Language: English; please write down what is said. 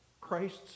Christ's